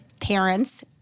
parents